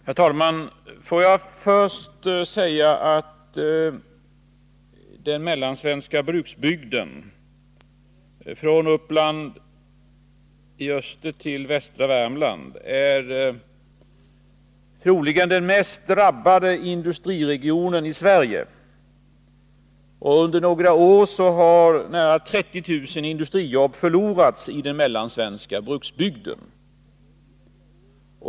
Herr talman! Får jag först säga att den mellansvenska bruksbygden, från Uppland i öster till Värmland i väster, är den troligen mest drabbade industriregionen i Sverige. Under några år har nära 30 000 industrijobb förlorats i den mellansvenska bruksbygden.